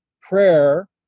prayer